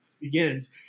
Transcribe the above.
begins